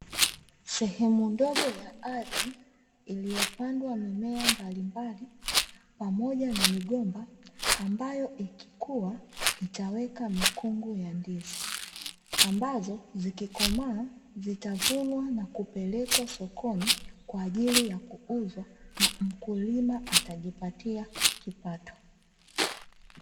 Sehemu ndogo ya ardhi iliyopandwa mimea mbalimbali, pamoja na migomba ambayo ikikua, itaweka mikungu ya ndizi, ambazo zikikomaa zitavunwa na kupelekwa sokoni kwa ajili ya kuuzwa na mkulima atajipatia kipato.